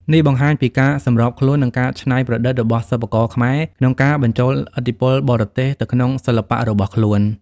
នេះបង្ហាញពីការសម្របខ្លួន និងការច្នៃប្រឌិតរបស់សិប្បករខ្មែរក្នុងការបញ្ចូលឥទ្ធិពលបរទេសទៅក្នុងសិល្បៈរបស់ខ្លួន។